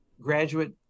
graduate